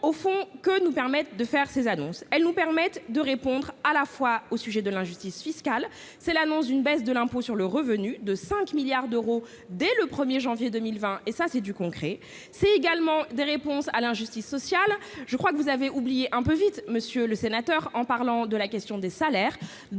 au fond, que nous permettent de faire ses annonces, elles nous permettent de répondre à la fois au sujet de l'injustice fiscale, c'est l'annonce d'une baisse de l'impôt sur le revenu de 5 milliards d'euros dès le 1er janvier 2020 et ça c'est du concret, c'est également des réponses à l'injustice sociale, je crois que vous avez oublié un peu vite, monsieur le sénateur, en parlant de la question des salaires